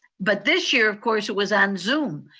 but this year, of course, it was on zoom.